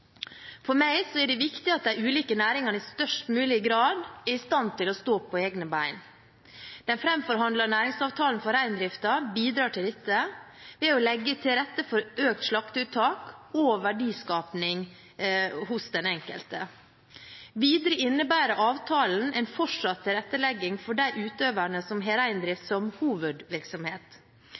For meg er det viktig at de ulike næringene i størst mulig grad er i stand til å stå på egne ben. Den framforhandlede næringsavtalen for reindriften bidrar til dette ved å legge til rette for økt slakteuttak og verdiskaping hos den enkelte. Videre innebærer avtalen en fortsatt tilrettelegging for de utøverne som har reindrift som hovedvirksomhet.